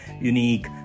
unique